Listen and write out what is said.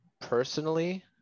Personally